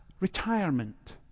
retirement